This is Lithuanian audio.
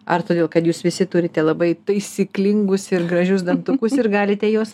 ar todėl kad jūs visi turite labai taisyklingus ir gražius dantukus ir galite juos